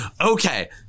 Okay